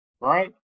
Right